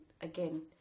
again